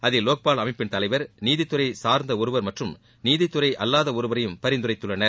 அதில் லோக்பால் அமைப்பின் தலைவர் நீதித்துறை சார்ந்த ஒருவர் மற்றும் நீதித்துறை அல்லாத ஒருவரையும் பரிந்துரைத்துள்ளனர்